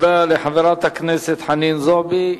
תודה לחברת הכנסת חנין זועבי.